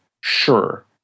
Sure